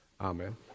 Amen